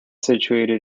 situated